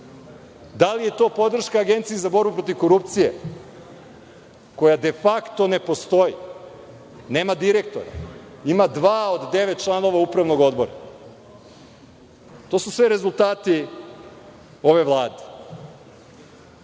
Da li je to podrška Agenciji za borbu protiv korupcije koja de fakto ne postoji, nema direktora? Ima dva od devet članova upravnog odbora. To su sve rezultati ove Vlade.